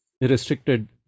Restricted